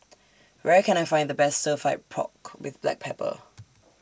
Where Can I Find The Best Stir Fried Pork with Black Pepper